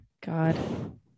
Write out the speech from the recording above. God